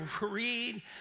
read